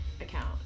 account